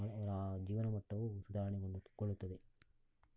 ಅವರ ಜೀವನ ಮಟ್ಟವು ಸುಧಾರಣೆಗೊಳ್ಳು ಗೊಳ್ಳುತ್ತದೆ